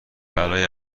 برای